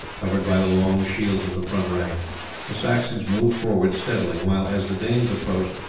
covered by the long shields of the front rank the saxons moved forward steadily, while, as the danes approached,